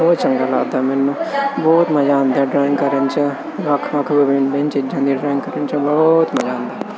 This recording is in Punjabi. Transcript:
ਬਹੁਤ ਚੰਗਾ ਲੱਗਦਾ ਮੈਨੂੰ ਬਹੁਤ ਮਜ਼ਾ ਆਉਂਦਾ ਡਰਾਇੰਗ ਕਰਨ 'ਚ ਵੱਖ ਵੱਖ ਮੇਨ ਮੇਨ ਚੀਜ਼ਾਂ ਦੀ ਡਰਾਇੰਗ ਕਰਨ 'ਚ ਬਹੁਤ ਮਜ਼ਾ ਆਉਂਦਾ